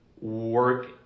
work